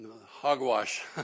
Hogwash